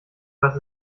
was